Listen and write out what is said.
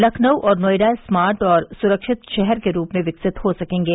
लखनऊ और नोएडा स्मार्ट और सुरक्षित शहर के रूप में विकसित हो सकेंगे